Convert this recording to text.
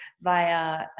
via